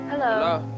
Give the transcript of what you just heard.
Hello